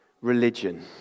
religion